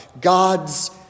God's